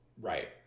Right